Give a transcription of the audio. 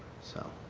so